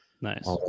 nice